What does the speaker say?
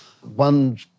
One